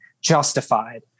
Justified